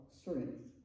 strength